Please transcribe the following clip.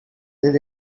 did